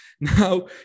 Now